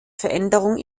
veränderung